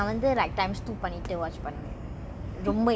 ya like two weeks also seems a bit too long already